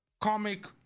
comic